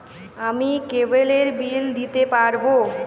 আমি কেবলের বিল দিতে পারবো?